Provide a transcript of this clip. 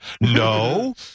No